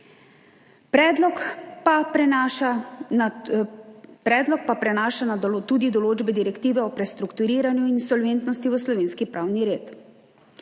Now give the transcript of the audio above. Predlog prenaša tudi določbe Direktive o prestrukturiranju in insolventnosti v slovenski pravni red.